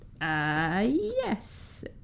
Yes